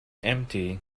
empty